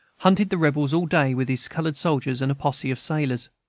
hunted the rebels all day with his colored soldiers, and a posse of sailors.